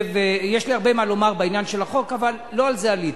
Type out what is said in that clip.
יש לי הרבה מה לומר בעניין של החוק אבל לא על זה עליתי.